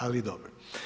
Ali dobro.